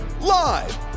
live